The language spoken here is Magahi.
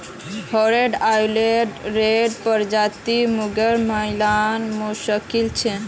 रहोड़े आइलैंड रेड प्रजातिर मुर्गी मिलना मुश्किल छ